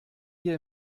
wir